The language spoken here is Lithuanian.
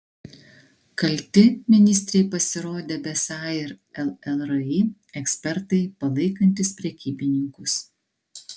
kalti ministrei pasirodė besą ir llri ekspertai palaikantys prekybininkus